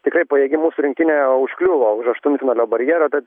tikrai pajėgi mūsų rinktinė užkliuvo už aštuntfinalio barjero bet